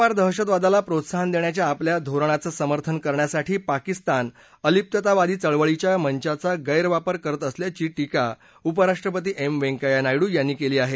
सीमापार दहशतवादाला प्रोत्साहन देण्याच्या आपल्या धोरणाचं समर्थन करण्यासाठी पकिस्तान अलिप्ततावादी चळवळीच्या मंचाचा गैरवापर करत असल्याची टीका उपराष्ट्रपती एम वैंकव्या नायडू यांनी केली आहे